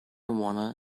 wanna